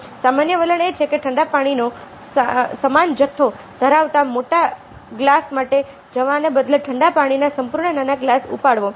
સામાન્ય વલણ એ છે કે ઠંડા પીણાનો સમાન જથ્થો ધરાવતા મોટા ગ્લાસ માટે જવાને બદલે ઠંડા પીણાનો સંપૂર્ણ નાનો ગ્લાસ ઉપાડવો